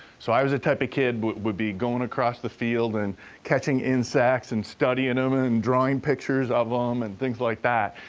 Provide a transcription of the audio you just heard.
so, i was the type of kid would being going across the field and catching insects, and studying them, and drawing pictures of them, um and things like that,